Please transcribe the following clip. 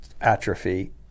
atrophy